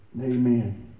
Amen